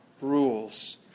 rules